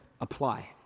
apply